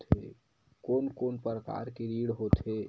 कोन कोन प्रकार के ऋण होथे?